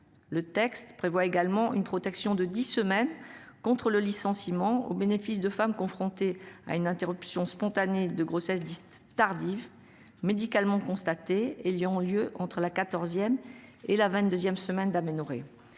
Le texte prévoit également une protection de 10 semaines contre le licenciement au bénéfice de femme confrontée à une interruption spontanée de grossesse dite tardive médicalement constatée et Lyon lieu entre la 14e et la 22e semaine d'aménorrhée.